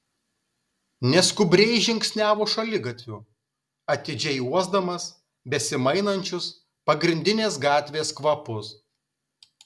neskubriai žingsniavo šaligatviu atidžiai uosdamas besimainančius pagrindinės gatvės kvapus